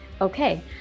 okay